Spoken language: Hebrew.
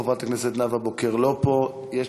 חברת הכנסת נאוה בוקר, אינה נוכחת.